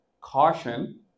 caution